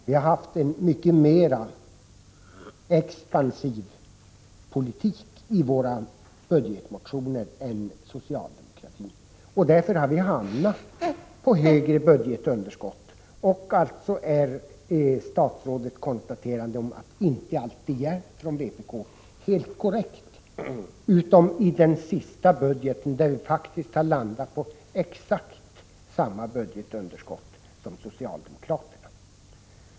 Vi har haft en mycket mer expansiv politik i våra budgetmotioner än socialdemokratin, och därför har vi hamnat på högre budgetunderskott. Alltså är statsrådets konstaterande att man inte alltid blivit hjälpt av vpk helt korrekt — utom beträffande den senaste budgeten, där vi faktiskt har hamnat på exakt samma budgetunderskott som socialdemokraterna.